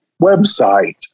website